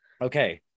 Okay